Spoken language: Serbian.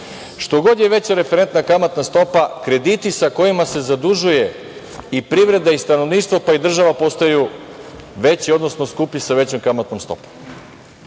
god je veća referentna kamatna stopa krediti sa kojima se zadužuje i privrede i stanovništvo, pa i država postaju veći, odnosno skuplji sa većom kamatnom stopom.